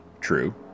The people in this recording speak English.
True